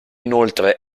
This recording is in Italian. inoltre